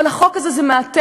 אבל החוק הזה הוא מעטפת,